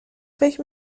فکر